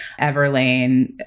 Everlane